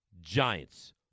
Giants